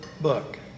book